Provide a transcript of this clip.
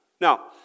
Now